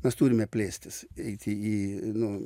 mes turime plėstis eiti į nu